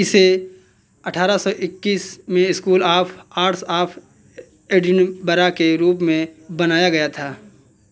इसे अठारह सौ इक्कीस में school of arts of Edinburgh के रूप में बनाया गया था